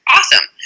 Awesome